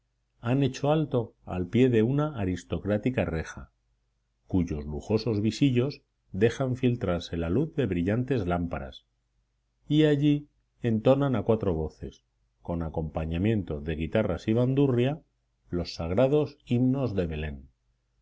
han hecho alto al pie de una aristocrática reja cuyos lujosos visillos dejan filtrarse la luz de brillantes lámparas y allí entonan a cuatro voces con acompañamiento de guitarras y bandurria los sagrados himnos de belén